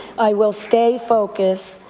i will stay focused,